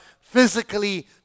physically